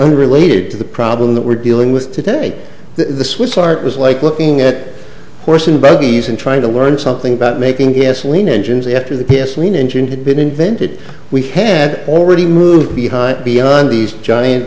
unrelated to the problem that we're dealing with today the swiss art was like looking at horse and buggies and trying to learn something about making it as lean engines after the p s lean engine had been invented we had already moved behind beyond these giant